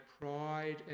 pride